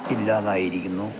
ഇല്ലാതായിരിക്കുന്നു